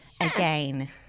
again